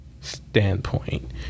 standpoint